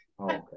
Okay